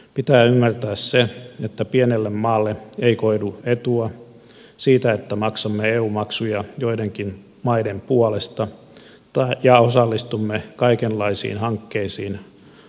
pitää ymmärtää se että pienelle maalle ei koidu etua siitä että maksamme eu maksuja joidenkin maiden puolesta ja osallistumme kaikenlaisiin hankkeisiin avokätisenä maksajana